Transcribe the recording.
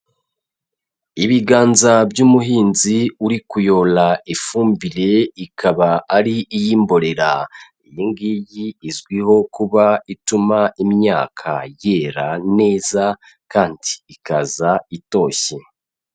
Ibiganza by'umuhinzi uri kuyora ifumbire ikaba ari iy'imborera, iyi ngiyi izwiho kuba ituma imyaka yera neza kandi ikaza itoshye.